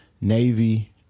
Navy